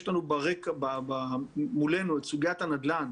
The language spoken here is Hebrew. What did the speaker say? יש לנו מולנו את סוגיית הנדל"ן